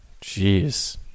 Jeez